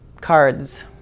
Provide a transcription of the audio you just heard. cards